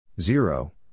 Zero